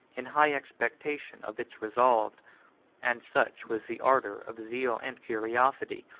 in high expectation of its resolves and such was the ardor of zeal and curiosity,